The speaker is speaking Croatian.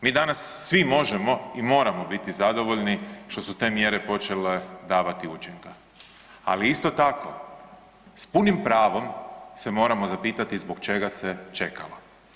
Mi danas svi možemo i moramo biti zadovoljni što su te mjere počele davati učinka, ali isto tako s punim pravom se moramo zapitati zbog čega se čekalo?